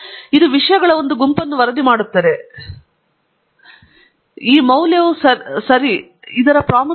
ಇದು ವಿಷಯಗಳ ಒಂದು ಗುಂಪನ್ನು ವರದಿ ಮಾಡುತ್ತದೆ ಆದರೆ ಈ ಪು ಮೌಲ್ಯವು ಸರಿ ಎಂದು ಪ್ರಾಮುಖ್ಯತೆ ಏನು